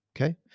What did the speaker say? Okay